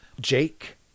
Jake